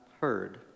heard